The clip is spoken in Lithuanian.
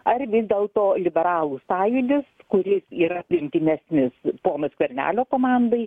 ar vis dėlto liberalų sąjūdis kuris yra priimtinesnis pono skvernelio komandai